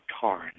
Tarn